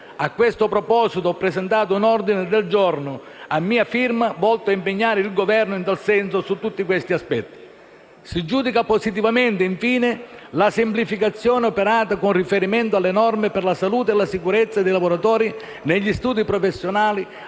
questi aspetti ho presentato un ordine del giorno volto a impegnare il Governo in tal senso. Infine, si giudica positivamente la semplificazione operata con riferimento alle norme per la salute e la sicurezza dei lavoratori negli studi professionali